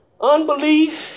unbelief